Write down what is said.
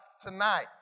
tonight